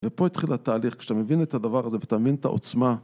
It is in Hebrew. ופה התחיל התהליך. כשאתה מבין את הדבר הזה ואתה מבין את העוצמה